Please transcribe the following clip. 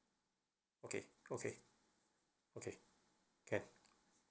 okay okay okay can